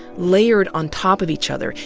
layered on top of each other.